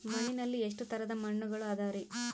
ಮಣ್ಣಿನಲ್ಲಿ ಎಷ್ಟು ತರದ ಮಣ್ಣುಗಳ ಅದವರಿ?